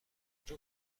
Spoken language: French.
j’en